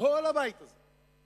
כל הבית הזה, יצביעו בעד.